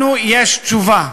לנו יש תשובה.